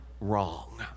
wrong